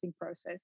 process